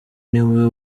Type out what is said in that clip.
niwe